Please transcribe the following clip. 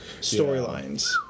storylines